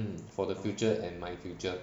mm for the future and my future